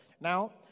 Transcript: Now